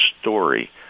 story